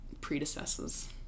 predecessors